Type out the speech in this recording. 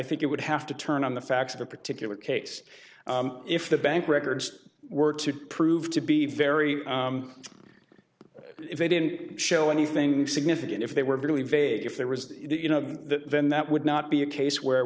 think it would have to turn on the facts of a particular case if the bank records were to prove to be very if they didn't show anything significant if they were really vague if there was you know then that would not be a case where